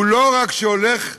לא רק שהוא לא הולך ויורד,